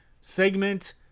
segment